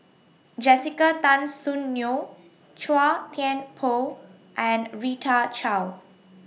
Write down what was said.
Jessica Tan Soon Neo Chua Thian Poh and Rita Chao